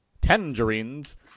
Tangerines